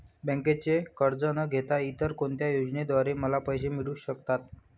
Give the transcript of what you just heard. बँकेचे कर्ज न घेता इतर कोणत्या योजनांद्वारे मला पैसे मिळू शकतात?